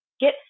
get